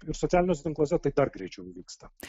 ir socialiniuose tinkluose tai dar greičiau įvyksta